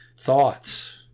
thoughts